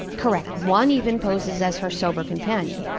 correct. one even poses as her sober companion.